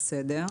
בסדר.